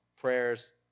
prayers